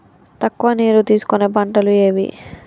తక్కువ నీరు తీసుకునే పంటలు ఏవి?